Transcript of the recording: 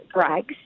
drugs